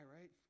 right